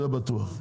זה בטוח.